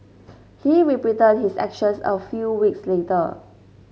he repeated his actions a few weeks later